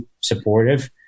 supportive